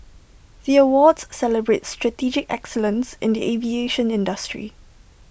the awards celebrate strategic excellence in the aviation industry